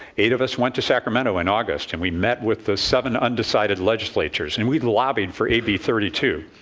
eight of us went to sacramento in august and we met with the seven undecided legislators and we lobbied for a b three two.